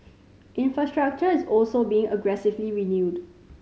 infrastructure is also being aggressively renewed